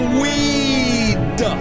weed